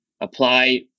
apply